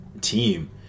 team